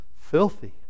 filthy